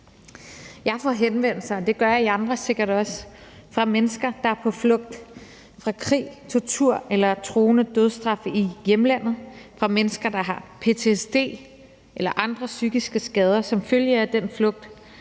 I andre sikkert også, fra mennesker, der er på flugt fra krig, tortur eller truende dødsstraf i hjemlandet, og fra mennesker, der har ptsd eller andre psykiske skader som følge af den flugt,